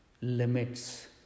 limits